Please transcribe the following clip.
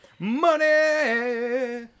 money